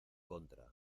contra